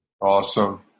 Awesome